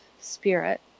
spirit